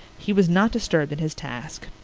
he was not disturbed in his task.